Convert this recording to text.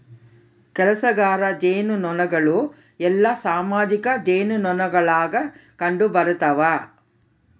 ಕೆಲಸಗಾರ ಜೇನುನೊಣಗಳು ಎಲ್ಲಾ ಸಾಮಾಜಿಕ ಜೇನುನೊಣಗುಳಾಗ ಕಂಡುಬರುತವ